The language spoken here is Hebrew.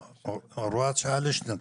הוראת השעה לשנתיים.